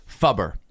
fubber